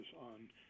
on